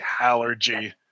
allergy